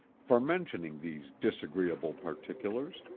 for mentioning these disagreeable particulars,